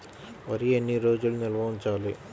వరి ఎన్ని రోజులు నిల్వ ఉంచాలి?